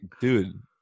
dude